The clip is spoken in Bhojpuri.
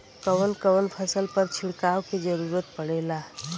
कवन कवन फसल पर छिड़काव के जरूरत पड़ेला?